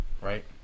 right